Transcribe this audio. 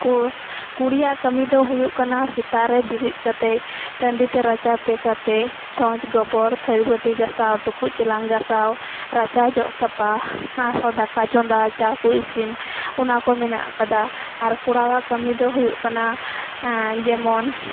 ᱩᱱᱠᱩ ᱠᱩᱲᱤᱭᱟᱜ ᱠᱟᱹᱢᱤ ᱫᱚ ᱦᱩᱭᱩᱜ ᱠᱟᱱᱟ ᱥᱮᱛᱟᱜ ᱨᱮ ᱵᱤᱨᱤᱫ ᱠᱟᱛᱮᱫ ᱴᱟᱺᱰᱤᱛᱮ ᱨᱟᱪᱟᱛᱮ ᱠᱟᱛᱮᱫ ᱪᱷᱚᱡᱽ ᱜᱚᱵᱚᱨ ᱛᱷᱟᱹᱨᱤ ᱵᱟᱹᱴᱤ ᱜᱟᱥᱟᱣ ᱴᱩᱠᱩᱡ ᱪᱮᱞᱟᱝ ᱜᱟᱥᱟᱣ ᱨᱟᱪᱟ ᱡᱚᱜ ᱥᱟᱯᱟ ᱟᱨᱦᱚᱸ ᱫᱟᱠᱟ ᱪᱚᱸᱫᱟ ᱟᱨᱦᱚᱸ ᱪᱟ ᱠᱩ ᱤᱥᱤᱱ ᱚᱱᱟᱠᱩ ᱢᱮᱱᱟᱜ ᱟᱠᱟᱫᱟ ᱟᱨ ᱠᱚᱲᱟᱣᱟᱜ ᱠᱟᱹᱢᱤᱫᱚ ᱦᱩᱭᱩᱜ ᱠᱟᱱᱟ ᱡᱮᱢᱚᱱ